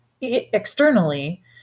externally